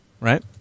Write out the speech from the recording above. right